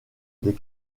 des